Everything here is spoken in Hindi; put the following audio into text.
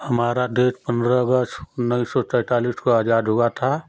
हमारा देश पंद्रह अगस्त उन्नीस सौ सैंतालीस को आज़ाद हुआ था